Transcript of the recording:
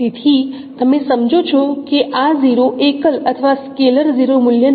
તેથી તમે સમજો છો કે આ 0 એકલ અથવા સ્કેલર 0 મૂલ્ય નથી